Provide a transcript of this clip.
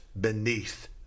beneath